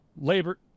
Labor